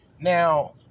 Now